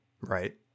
Right